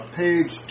page